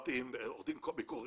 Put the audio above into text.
דיברתי עם עורך דין קובי קורין,